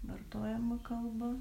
vartojama kalba